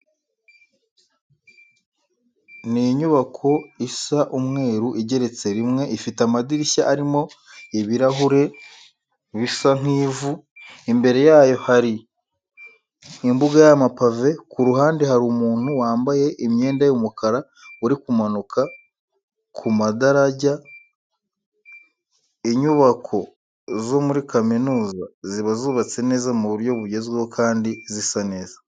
Ni inyubako isa umweru igeretse rimwe, ifite amadirishya arimo ibirahure sa nk'ivu. Imbere yayo hari umbuga y'amapave, ku ruhande hari umuntu wambaye imyenda y'umukara uri kumanuka ku madarajya. Inyubako zo muri kaminuza ziba zubatse neza mu buryo bugezweho kandi zisa neza.